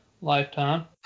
lifetime